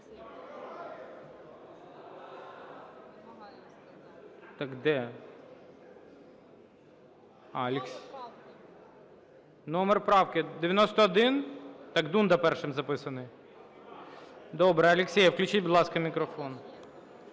номер правки 91. Так Дунда першим записаний. Добре, Алєксєєв. Включіть, будь ласка, мікрофон.